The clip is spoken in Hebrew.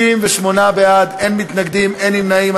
58 בעד, אין מתנגדים, אין נמנעים.